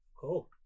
cool